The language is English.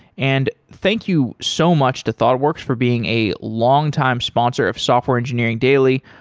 and thank you so much to thoughtworks for being a longtime sponsor of software engineering daily.